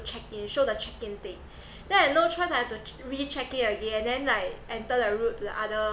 check in show the check in thing then I no choice I have to ch~ re~ check in again then like enter the route to the other